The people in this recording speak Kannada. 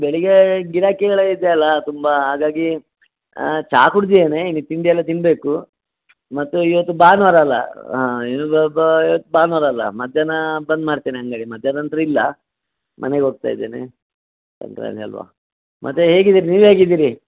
ಬೆಳಗ್ಗೆ ಗಿರಾಕಿಗಳೇ ಇದೆ ಅಲ್ಲ ತುಂಬ ಹಾಗಾಗಿ ಚಹಾ ಕುಡ್ದಿದೇನೆ ಇನ್ನು ತಿಂಡಿ ಎಲ್ಲ ತಿನ್ನಬೇಕು ಮತ್ತು ಇವತ್ತು ಭಾನುವಾರ ಅಲ್ಲ ಇನ್ನೊಬ ಇವತ್ತು ಭಾನುವಾರ ಅಲ್ಲ ಮಧ್ಯಾಹ್ನ ಬಂದ್ ಮಾಡ್ತೇನೆ ಅಂಗಡಿ ಮಧ್ಯಾಹ್ನ ನಂತರ ಇಲ್ಲ ಮನೆಗೆ ಹೋಗ್ತ ಇದೇನೆ ಸಂಕ್ರಾಂತಿ ಅಲ್ವ ಮತ್ತು ಹೇಗಿದಿರಿ ನೀವು ಹೇಗಿದಿರಿ